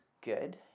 good